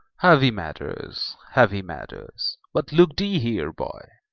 heavy matters, heavy matters! but look thee here, boy.